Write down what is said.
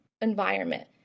environment